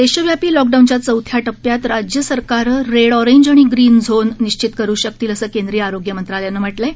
देशव्यापी लॉकडाऊनच्या चौथ्या टप्प्यात राज्य सरकारं रेड ऑरेंज आणि ग्रीन झोन निश्चित करु शकतील असं केंद्रीय आरोग्य मंत्रालयानं म्हटलं आहे